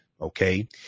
Okay